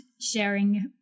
sharing